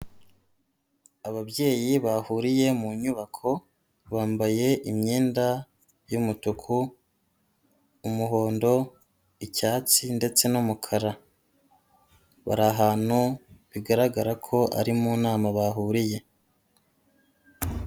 Ababyeyi bahuriye mu nyubako, bambaye imyenda y'umutuku, umuhondo, icyatsi ndetse n'umukara. Bari ahantu, bigaragara ko ari mu nama bahuriye.